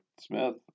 smith